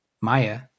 Maya